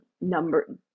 number